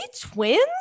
twins